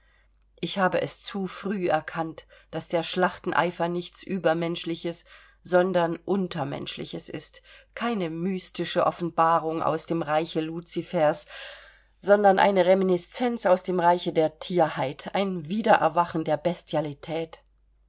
ich habe es zu früh erkannt daß der schlachteneifer nichts übermenschliches sondern untermenschliches ist keine mystische offenbarung aus dem reiche luzifers sondern eine reminiscenz aus dem reiche der tierheit ein wiedererwachen der bestialität